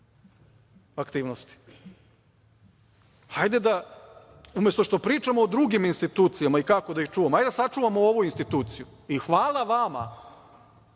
aktivnosti. Umesto što pričamo o drugim institucijama i kako da ih čuvamo, hajde da sačuvamo ovu instituciju. Hvala vama